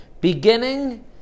Beginning